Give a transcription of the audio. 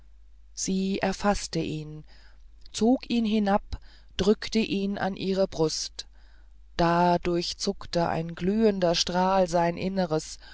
sie erfaßte ihn zog ihn hinab drückte ihn an ihre brust da durchzuckte ein glühender strahl sein inneres